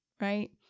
right